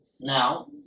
now